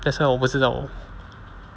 that's why 我不知道